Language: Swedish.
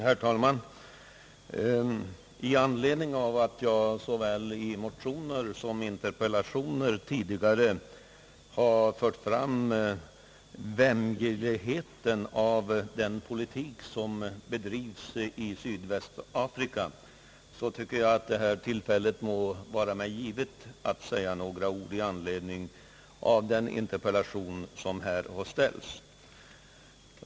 Herr talman! Då jag såväl i motioner som interpellationer tidigare påtalat vämjeligheten i den politik som bedrivs i Sydvästafrika vill jag vid det ta tillfälle säga några ord om den interpellation som här framställts.